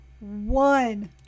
one